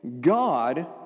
God